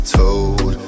told